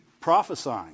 prophesying